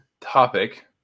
topic